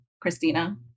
Christina